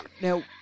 Now